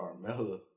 Carmella